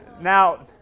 Now